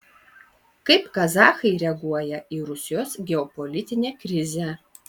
kaip kazachai reaguoja į rusijos geopolitinę krizę